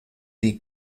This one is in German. die